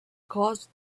caused